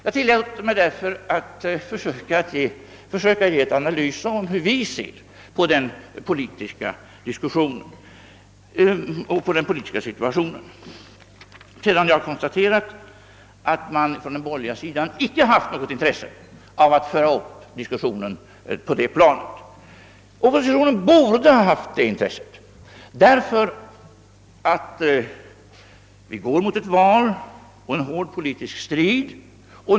Jag tillåter mig därför att försöka ge en analys av hur vi ser på den politiska diskussionen och på den politiska situationen. Jag tycker att även oppositionen borde ha haft intresse av att föra upp diskussionen på det planet. Vi går mot ett val och en hård politisk strid.